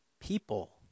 people